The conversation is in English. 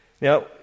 Now